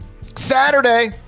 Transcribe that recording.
Saturday